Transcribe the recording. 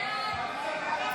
סעיף 6,